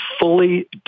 fully